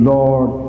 Lord